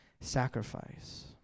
sacrifice